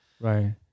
right